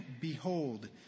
Behold